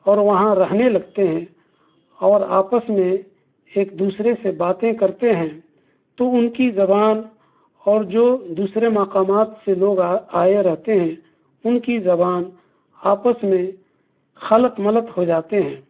اور وہاں رہنے لگتے ہیں اور آپس میں ایک دوسرے سے باتیں کرتے ہیں تو ان کی زبان اور جو دوسرے مقامات سے لوگ آ آئے رہتے ہیں ان کی زبان آپس میں خلط ملط ہو جاتے ہیں